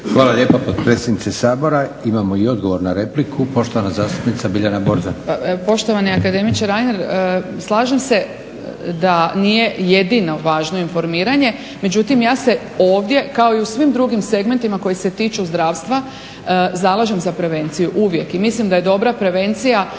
Hvala lijepo potpredsjedniče Sabora. Imamo i odgovor na repliku, poštovana zastupnica Biljana Borzan. **Borzan, Biljana (SDP)** Poštovani akademiče Reiner slažem se da nije jedino važno informiranje, međutim ja se ovdje kao i u svim drugim segmentima koji se tiču zdravstva zalažem za prevenciju, uvijek. I mislim da je dobra prevencija